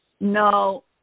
No